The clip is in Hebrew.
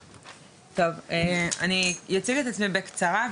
אני אציג את עצמי בקצרה.